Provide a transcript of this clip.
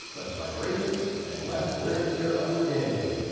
less vibration and less wear and tear on your engine.